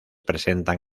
presentan